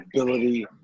ability